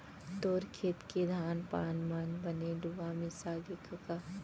तोर खेत के धान पान मन बने लुवा मिसागे कका?